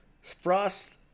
Frost